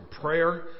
prayer